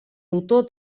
autor